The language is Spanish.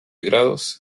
grados